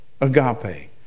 agape